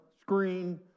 screen